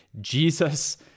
Jesus